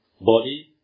body